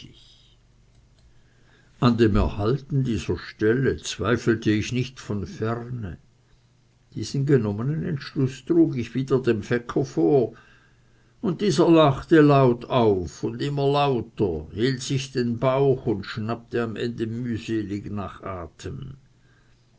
an dem erhalten dieser stelle zweifelte ich nicht diesen genommenen entschluß trug ich wieder dem fecker vor und dieser lachte laut auf und immer lauter hielt sich den bauch und schnappte am ende mühselig nach atem